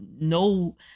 no